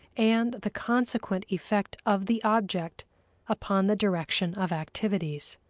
and the consequent effect of the object upon the direction of activities.